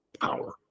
power